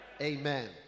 Amen